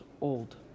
old